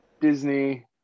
Disney